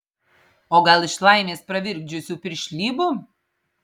o gal iš laimės pravirkdžiusių piršlybų